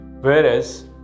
Whereas